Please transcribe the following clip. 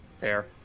fair